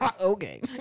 Okay